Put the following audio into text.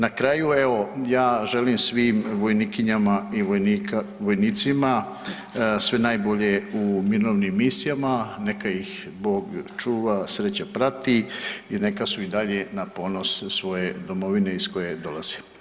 Na kraju evo, ja želim svim vojnikinjama i vojnicima sve najbolje u mirovnim misijama, neka ih Bog čuva, sreća prati i neka su i dalje na ponos svoje domovine iz koje dolaze.